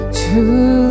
true